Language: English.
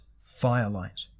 firelight